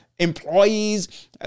employees